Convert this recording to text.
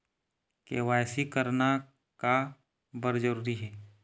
KYC करना का बर जरूरी हे?